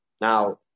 Now